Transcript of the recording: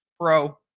pro